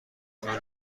چون